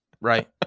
Right